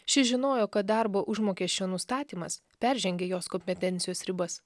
ši žinojo kad darbo užmokesčio nustatymas peržengė jos kompetencijos ribas